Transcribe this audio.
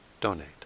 donate